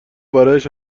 برایش